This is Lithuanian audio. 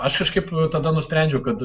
aš kažkaip tada nusprendžiau kad